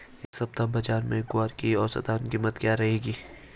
इस सप्ताह बाज़ार में ग्वार की औसतन कीमत क्या रहेगी?